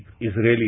Israeli